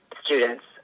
students